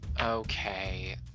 Okay